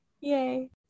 Yay